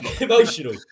Emotional